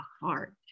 heart